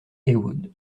heywood